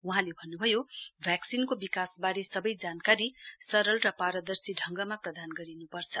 वहाँले भन्नुभयो भ्याक्सिनको विकास बारे सबै जानकारी सरल र पार्दर्शी ढङ्गमा प्रदान गरिनुपर्छ